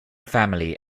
family